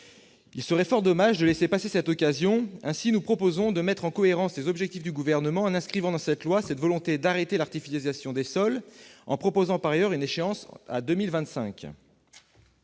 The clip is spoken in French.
Il serait fort dommage de laisser passer cette occasion. Aussi, nous proposons de mettre en cohérence les objectifs du Gouvernement en inscrivant dans cette loi cette volonté d'arrêter l'artificialisation des sols, avec une échéance fixée à 2025.